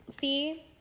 See